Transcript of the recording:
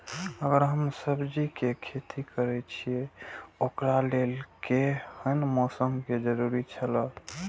अगर हम सब्जीके खेती करे छि ओकरा लेल के हन मौसम के जरुरी छला?